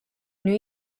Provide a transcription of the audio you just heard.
new